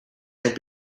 had